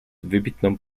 wybitną